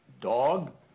Dog